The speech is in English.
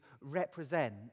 represent